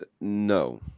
no